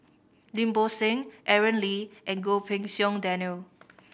Lim Bo Seng Aaron Lee and Goh Pei Siong Daniel